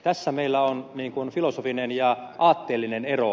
tässä meillä on filosofinen ja aatteellinen ero